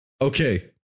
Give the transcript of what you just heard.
Okay